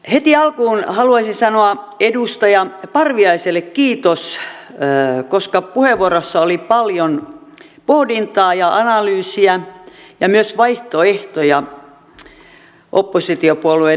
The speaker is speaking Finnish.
heti alkuun haluaisin sanoa edustaja parviaiselle kiitoksen koska puheenvuorossa oli paljon pohdintaa ja analyysiä ja myös vaihtoehtoja oppositiopuolueen edustajalta